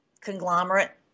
conglomerate